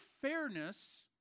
fairness